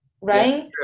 right